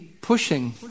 pushing